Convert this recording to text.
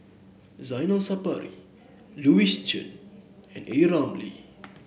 Zainal Sapari Louis Chen and A Ramli